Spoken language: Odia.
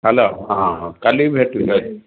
ହ୍ୟାଲୋ ହଁ ହଁ କାଲିକି ଭେଟିବି